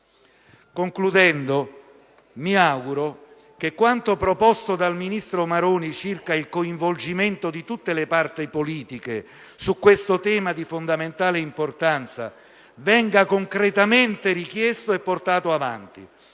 Concludendo, mi auguro che quanto proposto dal ministro Maroni circa il coinvolgimento di tutte le parti politiche su questo tema di fondamentale importanza venga concretamente realizzato e portato avanti.